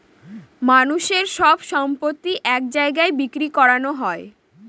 মানুষের সব সম্পত্তি এক জায়গায় বিক্রি করানো হবে